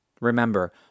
Remember